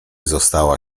została